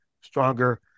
stronger